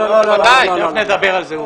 תכף נדבר על זה.